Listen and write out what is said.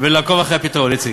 ולעקוב אחרי הפתרון, איציק.